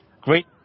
great